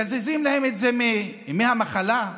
מקזזים להם את זה מימי המחלה,